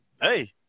hey